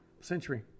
century